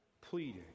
Pleading